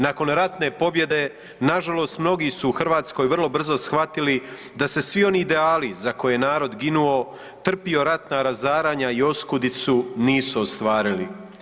Nakon ratne pobjede na žalost mnogi su u Hrvatskoj vrlo brzo shvatili da se svi oni ideali za koje je narod ginuo, trpio ratna razaranja i oskudicu nisu ostvarili.